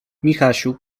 michasiu